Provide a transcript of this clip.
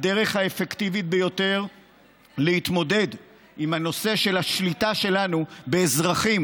הדרך האפקטיבית ביותר להתמודד עם הנושא של השליטה שלנו באזרחים